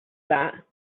that